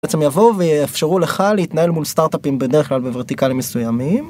בעצם יבוא ויאפשרו לך להתנהל מול סטארטאפים בדרך כלל בורטיקלים מסוימים.